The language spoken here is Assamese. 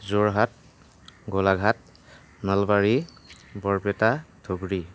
যোৰহাট গোলাঘাট নলবাৰী বৰপেটা ধুবুৰী